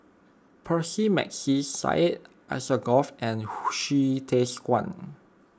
Percy McNeice Syed Alsagoff and Hsu Tse Kwang